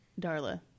Darla